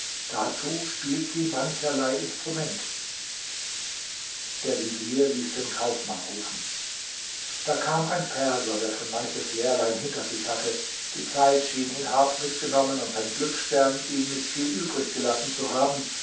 dazu spielt sie mancherlei instrument der vezier ließ den kaufmann rufen da kam ein perser der schon manches jährlein hinter sich hatte die zeit schien ihn hart mitgenommen und sein glücksstern ihm nicht viel übrig gelassen zu haben